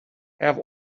have